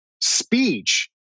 speech